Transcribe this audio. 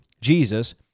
Jesus